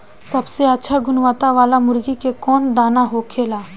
सबसे अच्छा गुणवत्ता वाला मुर्गी के कौन दाना होखेला?